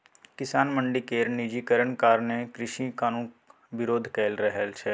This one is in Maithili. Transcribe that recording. किसान मंडी केर निजीकरण कारणें कृषि कानुनक बिरोध कए रहल छै